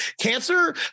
Cancer